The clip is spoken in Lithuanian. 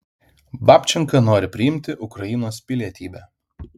babčenka nori priimti ukrainos pilietybę